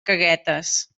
caguetes